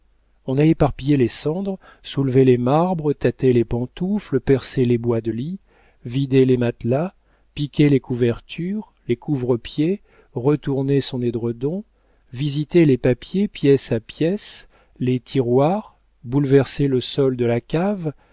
on a éparpillé les cendres soulevé les marbres tâté les pantoufles percé les bois de lit vidé les matelas piqué les couvertures les couvre-pieds retourné son édredon visité les papiers pièce à pièce les tiroirs bouleversé le sol de la cave